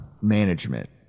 management